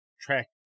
track